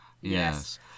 Yes